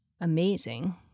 amazing